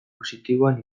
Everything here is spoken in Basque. positiboan